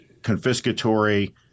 confiscatory